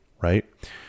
right